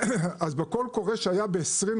אז ב"קול קורא" שהיה ב-2020,